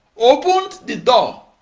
opened the door